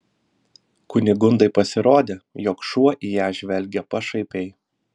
kunigundai pasirodė jog šuo į ją žvelgia pašaipiai